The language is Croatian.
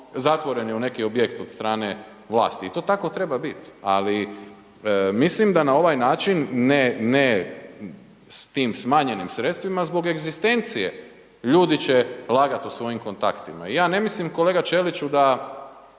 zatvoreni u neki objekt od strane vlasti i to tako treba biti. Ali mislim da na ovaj način, ne, ne s tim smanjenim sredstvima zbog egzistencije ljudi će lagat o svojim kontaktima. I ja ne mislim kolega Ćeliću da